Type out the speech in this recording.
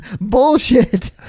bullshit